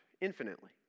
infinitely